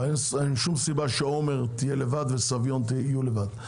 אין סיבה שעומר יהיו לבד וסביון יהיו לבד.